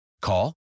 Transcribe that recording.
Call